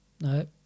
No